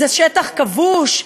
זה שטח כבוש,